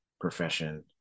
profession